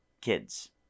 kids